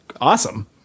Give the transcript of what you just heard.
awesome